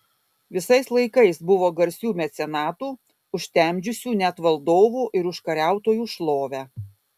visais laikais buvo garsių mecenatų užtemdžiusių net valdovų ir užkariautojų šlovę